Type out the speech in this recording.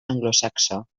anglosaxó